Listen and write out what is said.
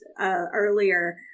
earlier